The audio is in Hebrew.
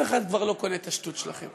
אף אחד כבר לא קונה את השטות שלכם.